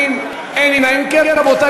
רבותי,